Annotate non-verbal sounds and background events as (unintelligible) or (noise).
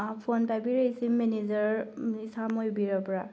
phone ꯄꯥꯏꯕꯤꯔꯛꯏꯁꯤ manager (unintelligible) ꯑꯣꯏꯕꯤꯔꯕ꯭ꯔꯥ